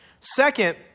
Second